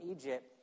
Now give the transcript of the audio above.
Egypt